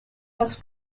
das